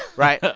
right?